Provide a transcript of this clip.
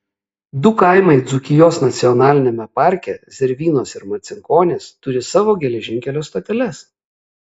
du kaimai dzūkijos nacionaliniame parke zervynos ir marcinkonys turi savo geležinkelio stoteles